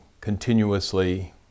continuously